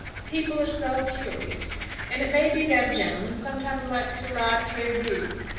people are so curious and it may be that a gentleman sometimes likes to lie perdu.